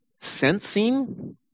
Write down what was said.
sensing